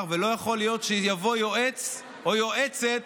ולא יכול להיות שיבוא יועץ או יועצת